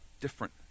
different